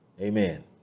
Amen